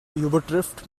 übertrifft